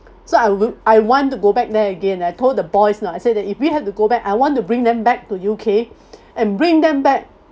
so I will I want to go back there again I told the boys lah I say that if we have to go back I want to bring them back to U_K and bring them back